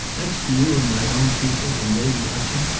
next to you and my own people, and lady ushant,